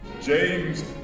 James